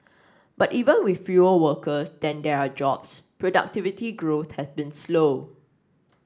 but even with fewer workers than there are jobs productivity growth has been slow